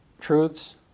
truths